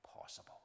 possible